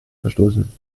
verstoßen